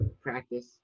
practice